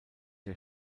der